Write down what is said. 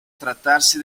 trattarsi